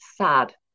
sad